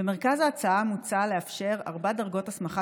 במרכז ההצעה מוצע לאפשר ארבע דרגות הסמכה